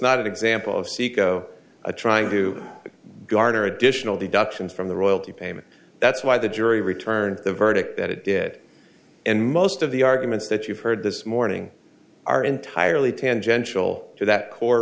not an example of ceco trying to garner additional deductions from the royalty payment that's why the jury returned the verdict that it did and most of the arguments that you've heard this morning are entirely tangential to that core